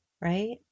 right